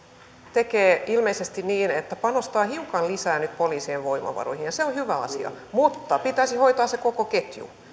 tekee ilmeisesti niin että panostaa hiukan lisää poliisien voimavaroihin ja se on hyvä asia mutta pitäisi hoitaa se koko ketju